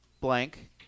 blank